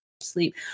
sleep